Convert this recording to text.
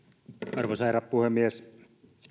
arvoisa herra puhemies